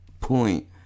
point